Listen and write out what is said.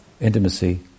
intimacy